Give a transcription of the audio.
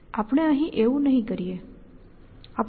આપણે અહીં એવું નહીં કરીએ